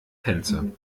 tänze